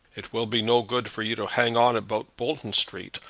it will be no good for you to hang on about bolton street,